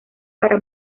para